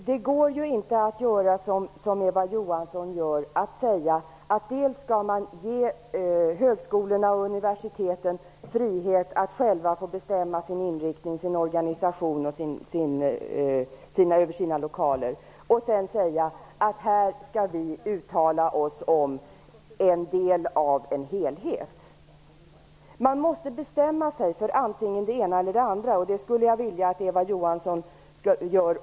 Herr talman! Det går inte att som Eva Johansson först säga att högskolorna och universiteten skall ges frihet att själva få bestämma över sin inriktning, sin organisation och sina lokaler och sedan säga att vi här skall uttala oss om en del av en helhet. Man måste bestämma sig för antingen det ena eller det andra. Det skulle jag vilja att också Eva Johansson gör.